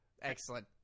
Excellent